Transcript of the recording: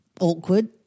awkward